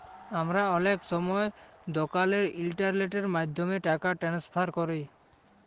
আমরা অলেক সময় দকালের ইলটারলেটের মাধ্যমে টাকা টেনেসফার ক্যরি